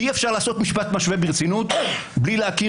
אי-אפשר לעשות משפט משווה ברצינות בלי להכיר